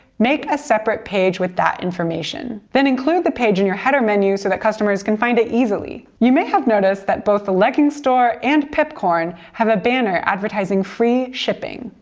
make a separate page with that information. then include the page in your header menu so customers can find it easily. you may have noticed that both the leggings store and pipcorn have a banner advertising free shipping.